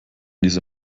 diese